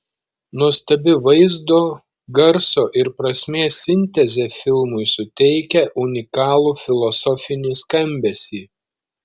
nuostabi vaizdo garso ir prasmės sintezė filmui suteikia unikalų filosofinį skambesį